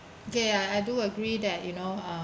okay I I do agree that you know uh